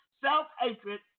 self-hatred